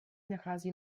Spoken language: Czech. nachází